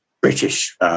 British